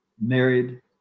married